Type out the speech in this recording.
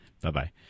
Bye-bye